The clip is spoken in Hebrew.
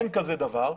אין דבר כזה.